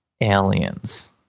aliens